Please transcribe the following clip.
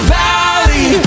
valley